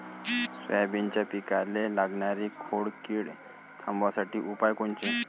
सोयाबीनच्या पिकाले लागनारी खोड किड थांबवासाठी उपाय कोनचे?